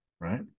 right